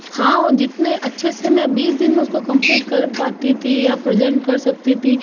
हाँ ओ जितने अच्छे से मैं बीस दिन में उसको कम्प्लीट कर पाती थी या प्रेज़ेंट कर सकती थी